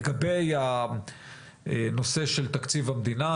לגבי הנושא של תקציב המדינה,